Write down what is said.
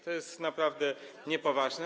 To jest naprawdę niepoważne.